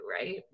right